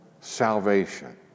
salvation